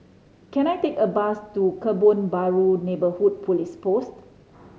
can I take a bus to Kebun Baru Neighbourhood Police Post